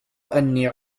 أني